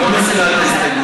היא לא מסירה את ההסתייגות.